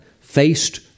faced